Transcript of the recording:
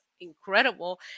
incredible